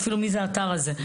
לא יודעת אפילו מי זה האתר הזה.